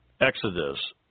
Exodus